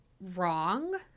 wrong